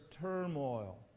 turmoil